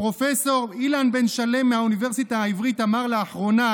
הפרופ' אילן בן שלם מהאוניברסיטה העברית אמר לאחרונה